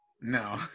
No